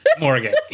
Morgan